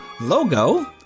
logo